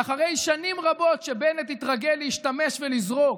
ואחרי שנים רבות שבנט התרגל להשתמש ולזרוק,